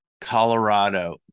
Colorado